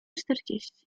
czterdzieści